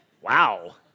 Wow